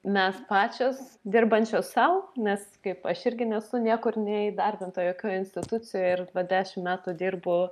mes pačios dirbančios sau nes kaip aš irgi nesu niekur neįdarbinta jokioj institucijoj ir dešimt metų dirbu